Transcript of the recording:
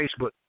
Facebook